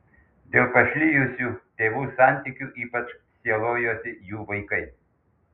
dėl pašlijusių tėvų santykių ypač sielojosi jų vaikai